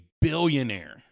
billionaire